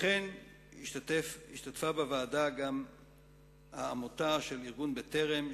כמו כן השתתפה בוועדה גם העמותה של ארגון "בטרם",